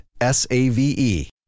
S-A-V-E